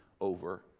over